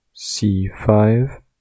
c5